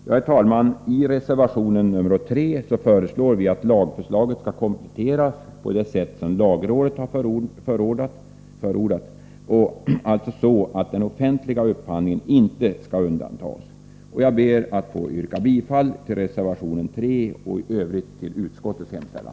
Herr talman! I reservation 3 föreslår vi att lagförslaget skall kompletteras på det sätt lagrådet har förordat — alltså så att den offentliga upphandlingen inte skall undantas. Jag ber att få yrka bifall till reservation 3 och i övrigt till utskottets hemställan.